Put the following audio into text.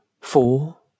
four